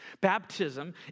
Baptism